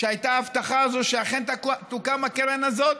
שהייתה ההבטחה הזאת שאכן תוקם הקרן הזאת?